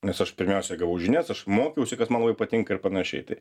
nes aš pirmiausia gavau žinias aš mokiausi kas man labai patinka ir panašiai tai